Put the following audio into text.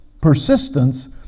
persistence